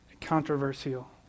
controversial